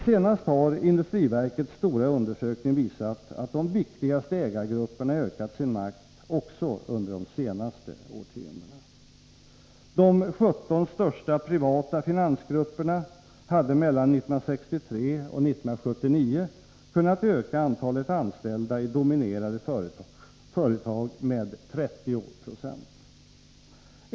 Senast har industriverkets stora undersökning visat att de viktigaste ägargrupperna ökat sin makt också under de senaste årtiondena. De 17 största privata finansgrupperna hade mellan 1963 och 1979 kunnat öka antalet anställda i dominerade företag med 30 26.